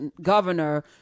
governor